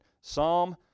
Psalm